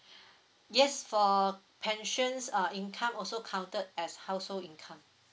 yes for pensions uh income also counted as household income